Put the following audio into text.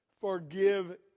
forgive